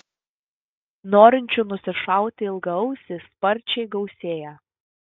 norinčių nusišauti ilgaausį sparčiai gausėja